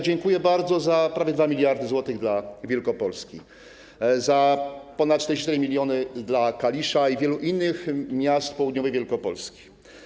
Dziękuję bardzo za prawie 2 mld zł dla Wielkopolski, za ponad 44 mln dla Kalisza i wielu innych miast południowej Wielkopolski.